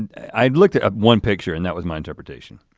and i looked at one picture and that was my interpretation.